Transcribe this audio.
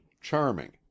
charming